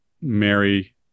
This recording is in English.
Mary